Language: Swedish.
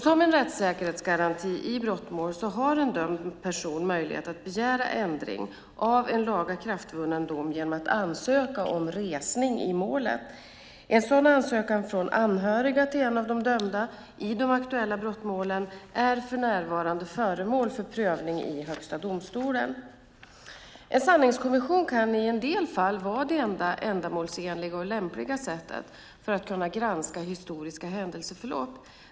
Som en rättssäkerhetsgaranti i brottmål har en dömd person möjlighet att begära ändring av en lagakraftvunnen dom genom att ansöka om resning i målet. En sådan ansökan från anhöriga till en av de dömda i de aktuella brottmålen är för närvarande föremål för prövning i Högsta domstolen. En sanningskommission kan i en del fall vara det enda ändamålsenliga och lämpliga sättet att granska historiska händelseförlopp.